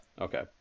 Okay